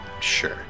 Sure